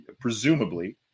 presumably